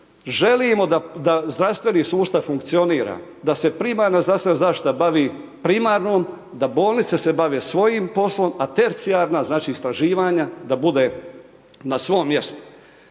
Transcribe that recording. Želimo da zdravstveni sustav funkcionira, da se premarana zdravstvena zaštita bavi primarnom da bolnice se bave svojim poslom, a tercijarna istraživanja da bude na svom mjestu.